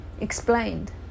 explained